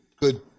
good